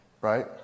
right